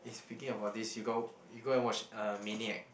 eh speaking about this you got you go and watch uh Maniac